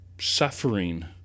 suffering